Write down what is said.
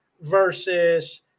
versus